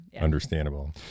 Understandable